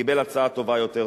קיבל הצעה טובה יותר,